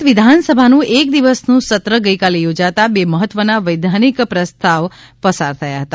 ગુજરાત વિધાનસભાનુંએક દિવસનું સત્ર ગઇકાલે યોજાતા બે મહત્વના વૈધાનિક પ્રસ્તાવ પસાર થયા હતા